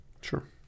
sure